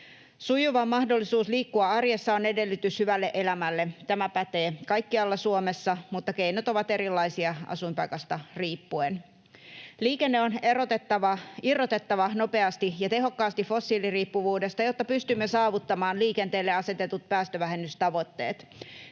Sujuva mahdollisuus liikkua arjessa on edellytys hyvälle elämälle. Tämä pätee kaikkialla Suomessa, mutta keinot ovat erilaisia asuinpaikasta riippuen. Liikenne on irrotettava nopeasti ja tehokkaasti fossiiliriippuvuudesta, jotta pystymme saavuttamaan liikenteelle asetetut päästövähennystavoitteet.